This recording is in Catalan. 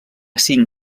cinc